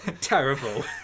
Terrible